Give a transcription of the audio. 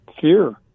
fear